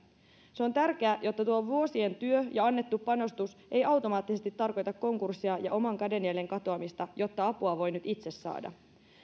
se on tärkeä jotta vuosien työ ja annettu panostus ei automaattisesti tarkoita konkurssia ja oman kädenjäljen katoamista jotta apua voisi nyt itse saada